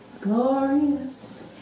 glorious